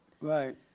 Right